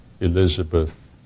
Elizabeth